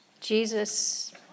Jesus